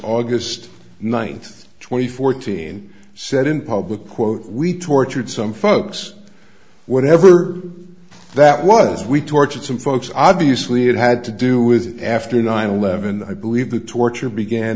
august ninth twenty fourteen said in public quote we tortured some folks whatever that was we tortured some folks obviously it had to do with it after nine eleven i believe the torture began